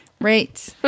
Right